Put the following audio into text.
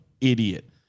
idiot